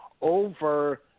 over